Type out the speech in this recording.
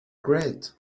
great